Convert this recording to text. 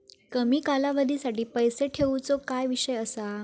कमी कालावधीसाठी पैसे ठेऊचो काय विषय असा?